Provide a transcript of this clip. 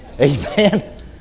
Amen